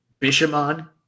Bishamon